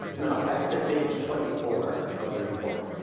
now back to page twenty four of the report.